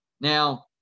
Now